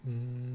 mm